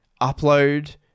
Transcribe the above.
upload